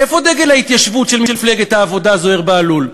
איפה דגל ההתיישבות של מפלגת העבודה, זוהיר בהלול?